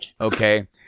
Okay